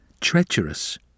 treacherous